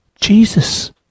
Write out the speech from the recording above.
Jesus